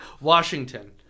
Washington